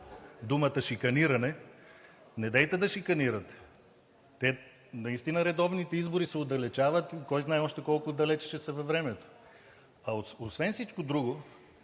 думата „шиканиране“, недейте да шиканирате. Наистина редовните избори се отдалечават и кой знае още колко далече ще са във времето. А освен всичко друго,